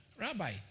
Rabbi